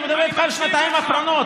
אני מדבר איתך על השנתיים האחרונות,